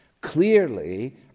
clearly